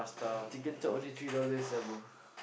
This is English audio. chicken cop only three dollars sia bro